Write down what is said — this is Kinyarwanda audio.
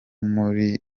muri